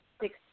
six